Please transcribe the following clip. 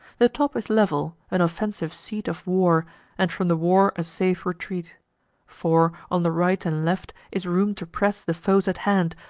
the top is level, an offensive seat of war and from the war a safe retreat for, on the right and left is room to press the foes at hand,